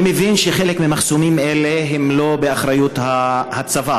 אני מבין שחלק ממחסומים אלה הם לא באחריות הצבא.